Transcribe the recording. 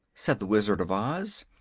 said the wizard of oz,